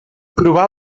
provar